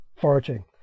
foraging